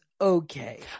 okay